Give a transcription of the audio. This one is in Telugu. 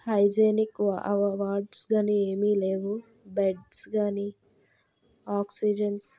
హైజెనిక్ వార్డ్స్ కానీ ఏమీ లేవు బెడ్స్ కానీ ఆక్సిజన్స్